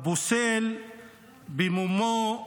הפוסל במומו פוסל.